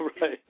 right